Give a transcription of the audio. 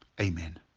amen